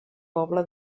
poble